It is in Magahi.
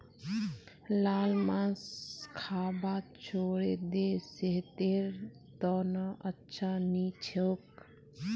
लाल मांस खाबा छोड़े दे सेहतेर त न अच्छा नी छोक